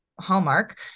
hallmark